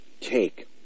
take